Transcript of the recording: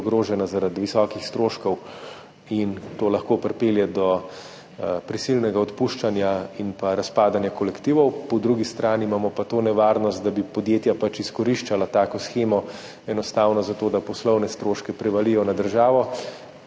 ogrožena zaradi visokih stroškov in to lahko pripelje do prisilnega odpuščanja in pa razpadanja kolektivov, po drugi strani imamo pa to nevarnost, da bi podjetja pač izkoriščala tako shemo enostavno za to, da poslovne stroške prevalijo na državo,